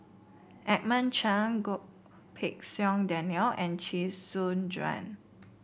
Edmund Cheng Goh Pei Siong Daniel and Chee Soon Juan